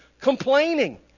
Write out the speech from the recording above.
Complaining